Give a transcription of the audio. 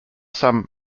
some